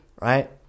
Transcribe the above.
right